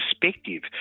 perspective